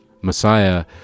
messiah